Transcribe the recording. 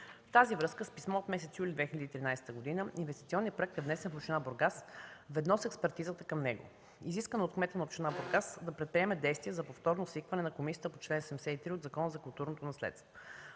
тази връзка с писмо от месец юли 2013 г. инвестиционният проект е внесен в община Бургас ведно с експертизата към него. Изискано е от кмета на община Бургас да предприеме действия за повторно свикване на комисията по чл. 73 от Закона за културното наследство.